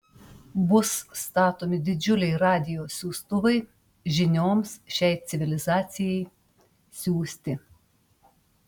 bus statomi didžiuliai radijo siųstuvai žinioms šiai civilizacijai siųsti